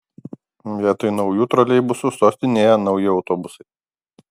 vietoj naujų troleibusų sostinėje nauji autobusai